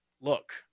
look